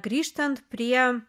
grįžtant prie